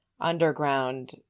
underground